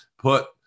put